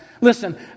Listen